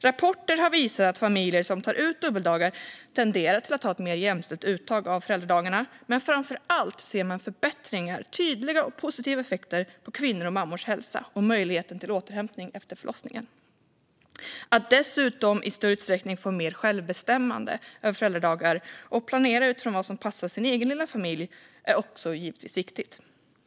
Rapporter har visat att familjer som tar ut dubbeldagar tenderar att ha ett mer jämställt uttag av föräldradagarna, men framför allt ser man tydliga och positiva effekter på kvinnors och mammors hälsa och möjlighet till återhämtning efter förlossningen. Att dessutom i större utsträckning få självbestämmande över föräldradagarna och planera utifrån vad som passar den egna lilla familjen är givetvis också viktigt.